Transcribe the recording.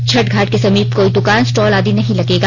छठ घाट के समीप कोई दुकान स्टॉल आदि नहीं लगेगा